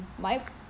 my